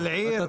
על עיר.